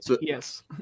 Yes